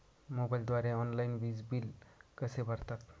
मोबाईलद्वारे ऑनलाईन वीज बिल कसे भरतात?